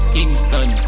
Kingston